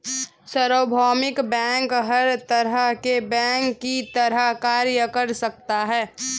सार्वभौमिक बैंक हर तरह के बैंक की तरह कार्य कर सकता है